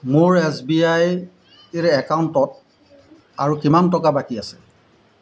মোৰ S B আইৰ একাউণ্টত আৰু কিমান টকা বাকী আছে